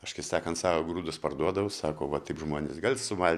aš kaip sakant savo grūdus parduodavau sako va taip žmonės gali sumalt